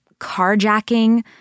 carjacking